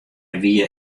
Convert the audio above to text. wie